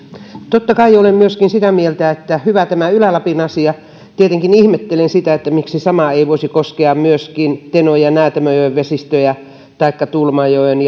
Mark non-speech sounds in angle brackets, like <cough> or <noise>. totta kai myöskin olen sitä mieltä että on hyvä tämä ylä lapin asia tietenkin ihmettelen sitä miksi sama ei voisi koskea myöskin teno ja näätämöjoen vesistöjä taikka tuulomajoen <unintelligible>